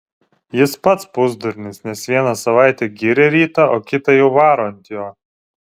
jis pats pusdurnis nes vieną savaitę giria rytą o kitą jau varo ant jo